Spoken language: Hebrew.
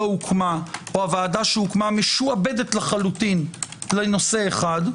הוקמה או הוועדה שהוקמה משועבדת לחלוטין לנושא אחד,